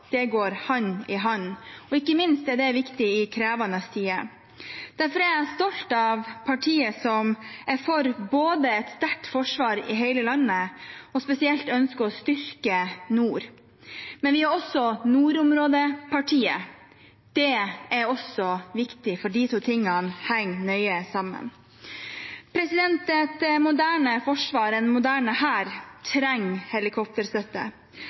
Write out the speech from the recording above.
går hånd i hånd. Ikke minst er det viktig i krevende tider. Derfor er jeg stolt av partiet, som både er for et sterkt forsvar i hele landet og spesielt ønsker å styrke nord. Vi er også nordområdepartiet. Det er også viktig, for disse tingene henger nøye sammen. Et moderne forsvar, en moderne hær, trenger helikopterstøtte.